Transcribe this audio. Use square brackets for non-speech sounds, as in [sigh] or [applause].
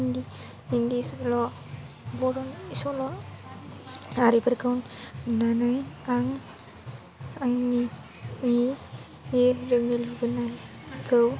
हिन्दी हिन्दी सल'फोराव बर'नि सल' आरिफोरखौ नुनानै आं आंनि [unintelligible] खौ